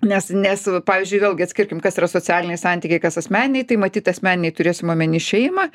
nes nes va pavyzdžiui vėlgi atskirkim kas yra socialiniai santykiai kas asmeniniai tai matyt asmeniniai turėsim omeny šeimą